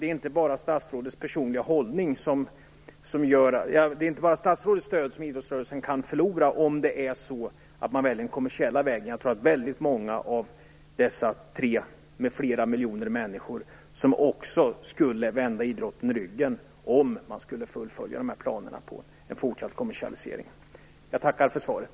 Det är inte bara statsrådets stöd som idrottsrörelsen kan förlora om man väljer den kommersiella vägen, utan väldigt många av dessa tre, m.fl., miljoner människor skulle också vända idrotten ryggen om man skulle fullfölja planerna på en fortsatt kommersialisering. Jag tackar för svaret.